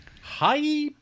Hi